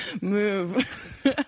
move